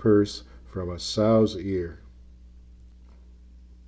purse from a sow's ear